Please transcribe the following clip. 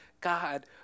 God